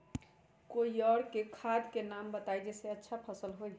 और कोइ खाद के नाम बताई जेसे अच्छा फसल होई?